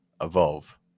evolve